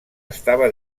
estava